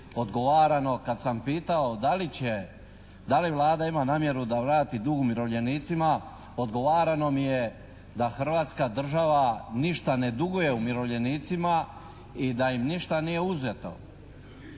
odgovarano kad sam pitao da li će, da li Vlada ima namjeru da vrati dug umirovljenicima, odgovarano mi je da hrvatska država ništa ne duguje umirovljenicima i da im ništa nije uzeto.